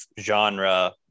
genre